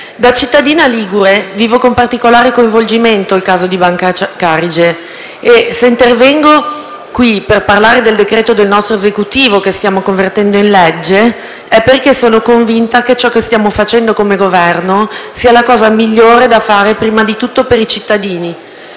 da cittadina ligure vivo con particolare coinvolgimento il caso di Banca Carige e se intervengo in questa sede, per parlare del decreto-legge del nostro Esecutivo, che stiamo convertendo in legge, è perché sono convinta che ciò che stiamo facendo come Governo sia la cosa migliore da fare, prima di tutto per i cittadini,